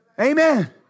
Amen